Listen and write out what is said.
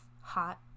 hot